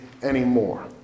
Anymore